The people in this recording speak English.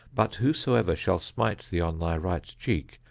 but whosoever shall smite thee on thy right cheek,